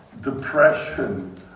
depression